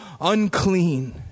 unclean